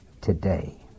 today